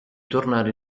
tornare